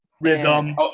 rhythm